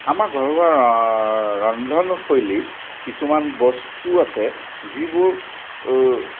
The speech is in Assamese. আমাৰ ঘৰুৱা ৰন্ধনশৈলীত কিছুমান বস্তু আছে যিবোৰ